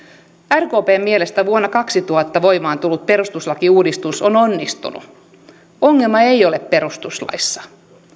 rkpn mielestä vuonna kaksituhatta voimaan tullut perustuslakiuudistus on onnistunut ongelma ei ole perustuslaissa